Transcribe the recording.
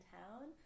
town